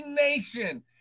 nation